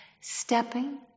Stepping